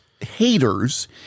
haters